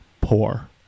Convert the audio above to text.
poor